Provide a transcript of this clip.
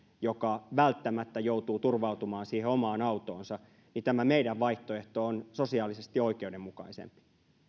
joka välttämättä joutuu turvautumaan siihen omaan autoonsa tämä meidän vaihtoehtomme on sosiaalisesti oikeudenmukaisempi